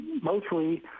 mostly